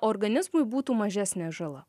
organizmui būtų mažesnė žala